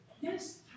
Yes